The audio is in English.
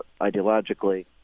ideologically